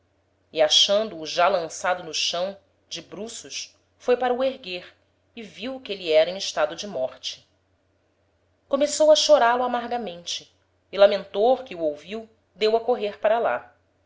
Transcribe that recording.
e achando o já lançado no chão de bruços foi para o erguer e viu que êle era em estado de morte começou a chorá lo amargamente e lamentor que o ouviu deu a correr para lá